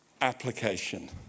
application